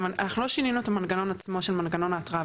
אנחנו לא שינינו את המנגנון עצמו של מנגנון ההתראה.